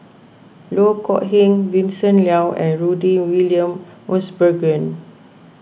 Loh Kok Heng Vincent Leow and Rudy William Mosbergen